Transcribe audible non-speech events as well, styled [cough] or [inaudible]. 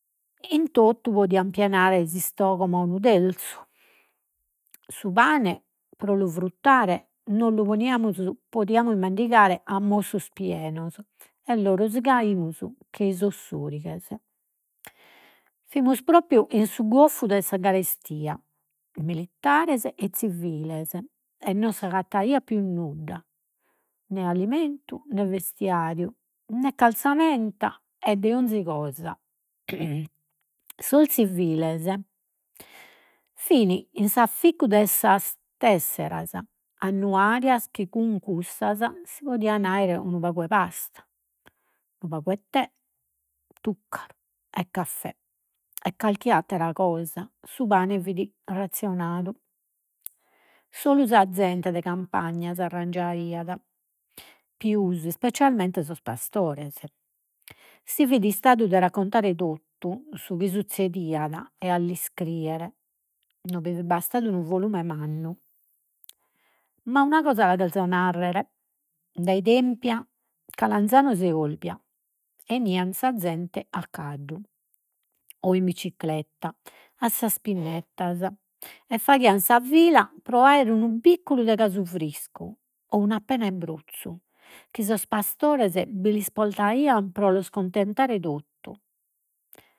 In totu podiat pienare s'istogomo a unu terzu. Su pane, pro lu fruttare, non lu [hesitation] podiamus mandigare a mossos pienos, e lu [unintelligible] chei sos sorighes. Fimus propriu in su goffu de sa carestia, militares e ziviles, e no s'agattaiat pius nudda, né alimentu, nè vestiariu, né carzamenta e de 'onzi cosa. [noise] Sos ziviles fin in s'afficcu de [hesitation] tesseras annuarias chi cun cussas si podiat aere unu pagu 'e pasta, unu pagu 'e te, tuccaru e caffè e carchi attera cosa. Su pane fit razzionadu. Solu sa zente de campagna s'arrangiaiat, pius specialmente sos pastores. Si fit istadu de raccontare totu su chi suzzediat, e a l'iscriere no fit bastadu unu volume mannu. Ma una cosa la cherzo narrere. Dae [unintelligible] Calanzanos e Olbia 'enian sa zente a caddu, o in bicicletta, a sas pinnettas e faghian sa fila pro aere un bicculu de casu friscu o un'appena de brozzu, chi sos pastores bi lis poltaian pro los cuntentare totu.